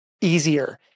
easier